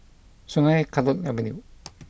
Sungei Kadut Avenue